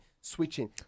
Switching